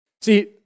See